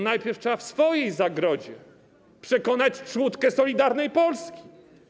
Najpierw trzeba w swojej zagrodzie przekonać trzódkę Solidarnej Polski.